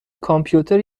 کامپیوتر